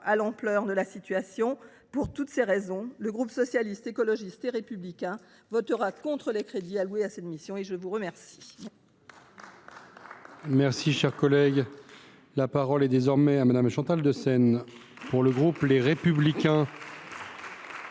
à l’ampleur de la situation ! Pour toutes ces raisons, le groupe Socialiste, Écologiste et Républicain votera contre les crédits alloués à cette mission. La parole